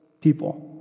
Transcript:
people